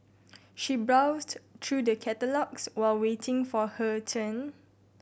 she browsed through the catalogues while waiting for her turn